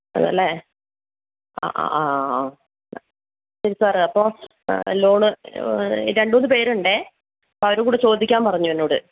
അതെയല്ലേ ആ ആ ആ ആ ശരി സാറേ അപ്പോൾ ലോണ് രണ്ടുമൂന്നു പേരുണ്ടേ അപ്പോൾ അവരുകൂടെ ചോദിക്കാൻ പറഞ്ഞു എന്നോട്